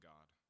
God